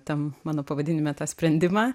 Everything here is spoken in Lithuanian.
tam mano pavadinime tą sprendimą